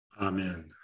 Amen